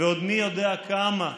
ומי יודע עוד כמה פצועים,